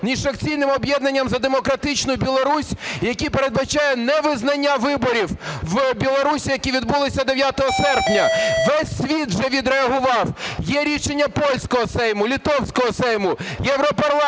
міжфракційним об'єднанням "За демократичну Білорусь" і який передбачає невизнання виборів в Білорусі, які відбулися 9 серпня? Весь світ вже відреагував. Є рішення польського сейму, литовського сейму, Європарламенту,